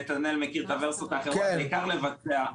נתנאל מכיר את הוורסיות האחרות אפשר לבצע.